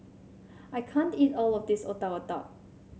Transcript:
I can't eat all of this Otak Otak